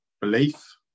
belief